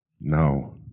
No